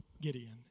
Gideon